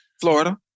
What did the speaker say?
Florida